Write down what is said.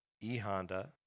E-Honda